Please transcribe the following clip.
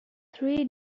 three